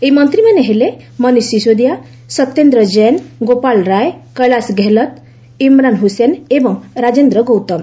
ଏହି ମନ୍ତ୍ରୀମାନେ ହେଲେ ମନୀଷ ସିଶୋଦିଆ ସତ୍ୟେନ୍ଦ୍ର ଜୈନ ଗୋପାଳ ରାୟ କୈଳାସ ଗେହଲତ ଇମ୍ରାନ ହୁସେନ ଏବଂ ରାଜେନ୍ଦ୍ର ଗୌତମ